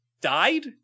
Died